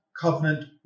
covenant